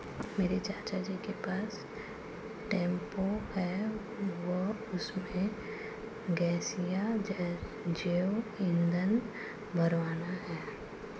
मेरे चाचा जी के पास टेंपो है वह उसमें गैसीय जैव ईंधन भरवाने हैं